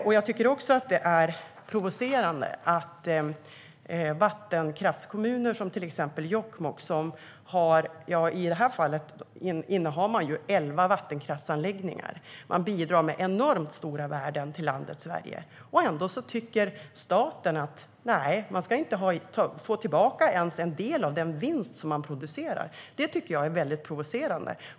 Det är provocerande att staten anser att vattenkraftskommuner, till exempel Jokkmokk som innehar elva vattenkraftsanläggningar och bidrar med enormt stora värden till landet Sverige, inte ska få tillbaka ens en del av den vinst de producerar. Det är provocerande.